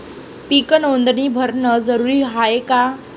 पीक नोंदनी भरनं जरूरी हाये का?